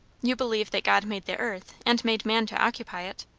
you believe that god made the earth, and made man to occupy it?